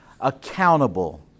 accountable